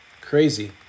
Crazy